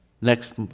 Next